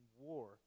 war